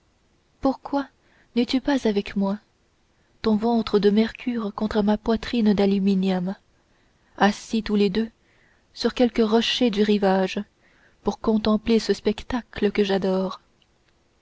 pourquoi n'es-tu pas avec moi ton ventre de mercure contre ma poitrine d'aluminium assis tous les deux sur quelque rocher du rivage pour contempler ce spectacle que j'adore